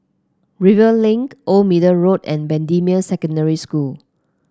Rivervale Link Old Middle Road and Bendemeer Secondary School